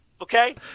Okay